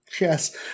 Yes